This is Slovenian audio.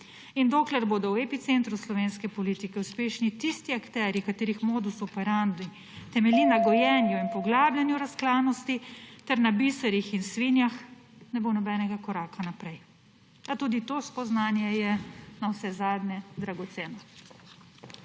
dokler bodo v epicentru slovenske politike uspešni tisti akterji, katerih modus operandi temelji na gojenju in poglabljanju razklanosti ter na »biserih« in »svinjah«, ne bo nobenega koraka naprej. A tudi to spoznanje je navsezadnje dragoceno.